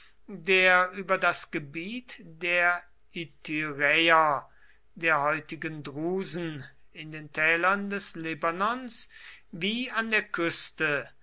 der über das gebiet der ityräer der heutigen drusen in den tälern des libanos wie an der küste